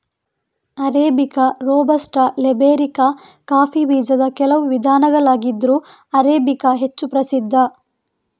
arabica, robusta, liberica coffee ಬೀಜದ ಕೆಲವು ವಿಧಗಳಾಗಿದ್ರೂ ಅರೇಬಿಕಾ ಹೆಚ್ಚು ಪ್ರಸಿದ್ಧ